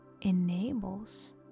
enables